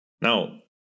Now